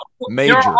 Major